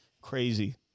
Crazy